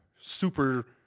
super